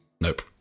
Nope